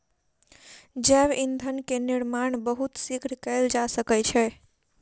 जैव ईंधन के निर्माण बहुत शीघ्र कएल जा सकै छै